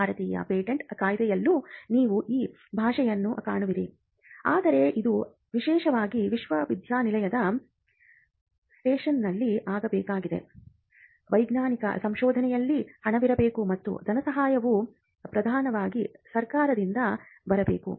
ಭಾರತೀಯ ಪೇಟೆಂಟ್ ಕಾಯ್ದೆಯಲ್ಲೂ ನೀವು ಈ ಭಾಷೆಯನ್ನು ಕಾಣುವಿರಿ ಆದರೆ ಇದು ವಿಶೇಷವಾಗಿ ವಿಶ್ವವಿದ್ಯಾನಿಲಯದ ಸೆಟಪ್ನಲ್ಲಿ ಆಗಬೇಕಾದರೆ ವೈಜ್ಞಾನಿಕ ಸಂಶೋಧನೆಯಲ್ಲಿ ಹಣವಿರಬೇಕು ಮತ್ತು ಧನಸಹಾಯವು ಪ್ರಧಾನವಾಗಿ ಸರ್ಕಾರದಿಂದ ಬರಬೇಕು